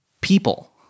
people